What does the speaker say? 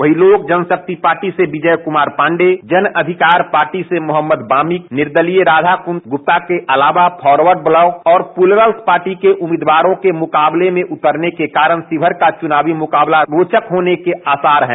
वहीं लोक जनशक्ति पार्टी से विजय कुमार पांडेय जन अधिकार पार्टी मुहम्मद वामिक निर्दलीय राधाकांत गुप्ता के अलावा फारवर्ड ब्लॉक और प्लूरल्स पार्टी के उम्मीदवारों के मुकाबले में उतरने के कारण शिवहर का चुनावी मुकाबला रोचक होने के आसार है